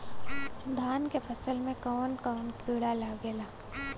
धान के फसल मे कवन कवन कीड़ा लागेला?